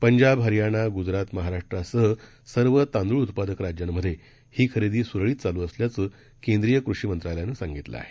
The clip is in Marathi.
पंजाब हरयाणा गुजरात महाराष्ट्रासह सर्व तांदूळ उत्पादक राज्यांमधे ही खरेदी स्रळीत चालू असल्याचं केंद्रीय कृषी मंत्रालयानं सांगितलं आहे